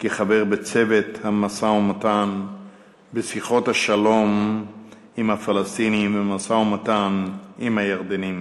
כחבר בצוות המשא-ומתן לשיחות השלום עם הפלסטינים ובמשא-ומתן עם הירדנים.